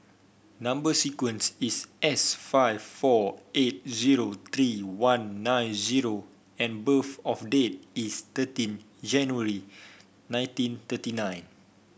number sequence is S five four eight zero three one nine zero and birth of date is thirteen January nineteen thirty nine